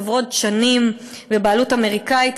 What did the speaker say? חברות דשנים בבעלות אמריקנית,